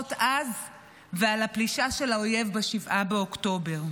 ההשלכות אז ועל הפלישה של האויב ב-7 באוקטובר.